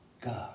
God